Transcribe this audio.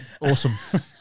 Awesome